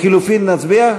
לחלופין, נצביע?